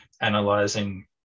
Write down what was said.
analyzing